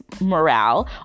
morale